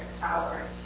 power